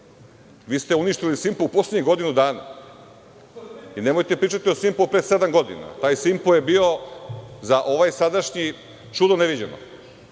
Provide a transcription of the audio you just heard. Vi ste uništili „Simpo“ u poslednjih godinu dana i nemojte da pričate o „Simpu“ od pre sedam godina. Taj „Simpo“ je bio za ovaj sadašnji čudo ne viđeno. Sa